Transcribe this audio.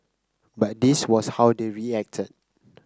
but this was how they reacted